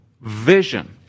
vision